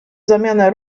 zmiana